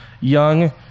young